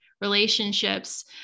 relationships